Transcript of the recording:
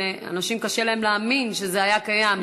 ולאנשים קשה להאמין שזה היה קיים,